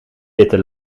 witte